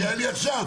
את מפריעה לי עכשיו?